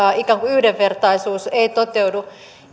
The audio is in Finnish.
ikään kuin yhdenvertaisuus ei toteudu